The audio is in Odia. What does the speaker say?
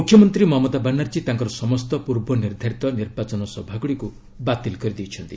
ମୁଖ୍ୟମନ୍ତ୍ରୀ ମମତା ବାନାର୍ଜୀ ତାଙ୍କର ସମସ୍ତ ପୂର୍ବ ନିର୍ଦ୍ଧାରିତ ନିର୍ବାଚନ ସଭାଗୁଡ଼ିକୁ ବାତିଲ କରିଛନ୍ତି